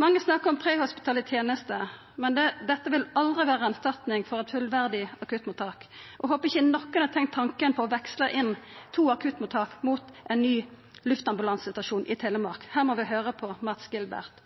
Mange snakkar om prehospitale tenester, men dette vil aldri vera ei erstatning for eit fullverdig akuttmottak. Eg håpar ingen har tenkt tanken på å veksla inn to akuttmottak mot ein ny luftambulansestasjon i Telemark. Her må vi høyra på Mads Gilbert.